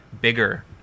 bigger